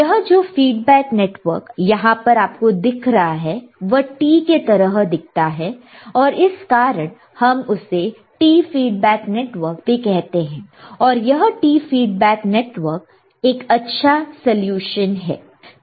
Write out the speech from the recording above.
यह जो feedback network यहां पर आपको दिख रहा है वह T के तरह दिखता है और इस कारण हम उसे T फीडबैक नेटवर्क भी कहते हैं और यह T फीडबैक नेटवर्क एक अच्छा सलूशन है